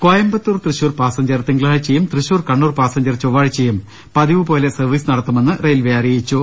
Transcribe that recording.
Coimbatore Thrissur passenger തിങ്കളാഴ്ചയും Thrissur Kannur passenger ചൊവ്വാഴ്ചയും പതിവു പോലെ സർവീസ് നടത്തുമെന്ന് റെയിൽവെ അ റിയിച്ചു